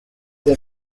deux